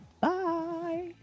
Bye